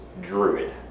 druid